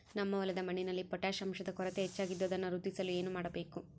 ನಮ್ಮ ಹೊಲದ ಮಣ್ಣಿನಲ್ಲಿ ಪೊಟ್ಯಾಷ್ ಅಂಶದ ಕೊರತೆ ಹೆಚ್ಚಾಗಿದ್ದು ಅದನ್ನು ವೃದ್ಧಿಸಲು ಏನು ಮಾಡಬೇಕು?